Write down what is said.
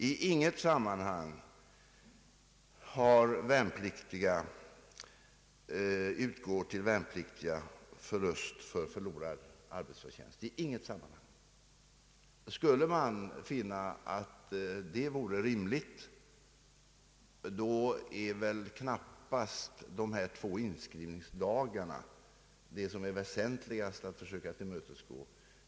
I inget sammanhang utgår till värnpliktiga ersättning för förlorad arbetsförtjänst. Skulle man finna att sådan vore rimlig är väl knappast dessa två inskrivningsdagar den del av värnpliktstiden för vilken det är väsentligast att försöka tillmötesgå kraven på ersättning.